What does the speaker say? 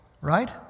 Right